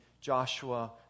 Joshua